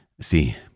See